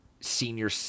senior